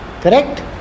Correct